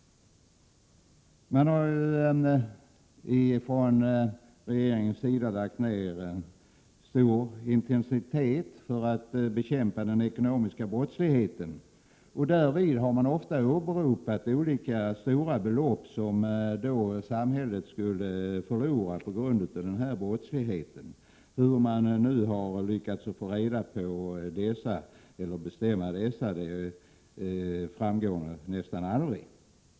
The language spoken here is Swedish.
Från regeringens sida har man lagt ned ett intensivt arbete på att bekämpa den ekonomiska brottsligheten. Därvid har man ofta åberopat olika stora belopp som samhället skulle förlora på grund av den brottsligheten, hur man nu lyckats bestämma dessa — det framgår nästan aldrig.